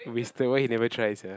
wasted why you never try sia